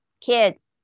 kids